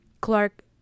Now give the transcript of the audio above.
Clark